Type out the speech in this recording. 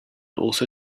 also